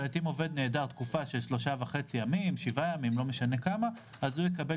אם עובד נעדר 3.5 ימים אז הוא יקבל